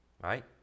right